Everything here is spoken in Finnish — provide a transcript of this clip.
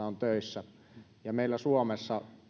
on töissä meillä suomessa